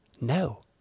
no